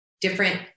different